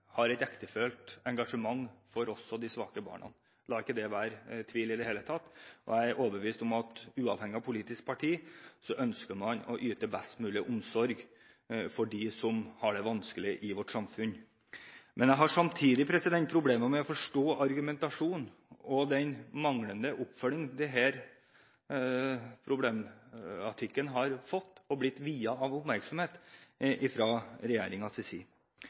har et ektefølt engasjement for de svake barna, la det ikke være tvil om det. Jeg er overbevist om – uavhengig av politisk parti – at man ønsker å yte best mulig omsorg for dem som har det vanskelig i vårt samfunn. Men jeg har samtidig problemer med å forstå argumentasjonen og den manglende oppfølgingen og oppmerksomheten denne problematikken har fått fra regjeringens side.